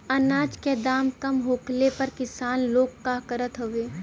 अनाज क दाम कम होखले पर किसान लोग का करत हवे?